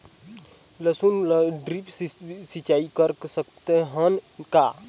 लसुन ल ड्रिप सिंचाई कर सकत हन का?